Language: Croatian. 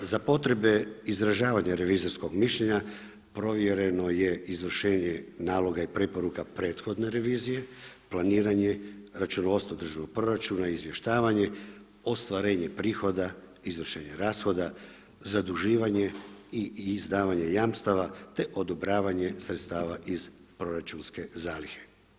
Za potrebe izražavanja revizorskog mišljenje provjereno je izvršenje naloga i preporuka prethodne revizije, planiranje računovodstva državnog proračuna, izvještavanje, ostvarenje prihoda, izvršenje rashoda, zaduživanje i izdavanja jamstava te odobravanje sredstava iz proračunske zalihe.